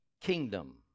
kingdom